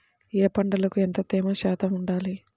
ఏ పంటకు ఎంత తేమ శాతం ఉండాలి?